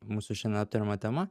mūsų šiandien aptariama tema